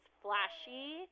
flashy